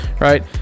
right